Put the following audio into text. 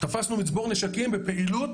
תפסנו מצבור נשקים בפעילות